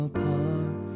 Apart